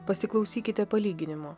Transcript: pasiklausykite palyginimo